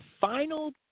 final